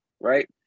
right